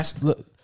look